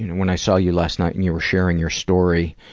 when i saw you last night and you were sharing your story,